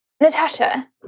Natasha